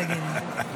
תגיד לי.